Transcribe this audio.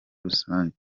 rusange